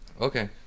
Okay